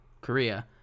Korea